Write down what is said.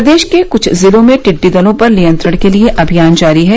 प्रदेश के कुछ जिलों में टिड्डी दलों पर नियंत्रण के लिये अभियान जारी है